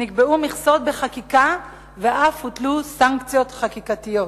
אף נקבעו מכסות בחקיקה ואף הוטלו סנקציות חקיקתיות.